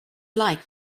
like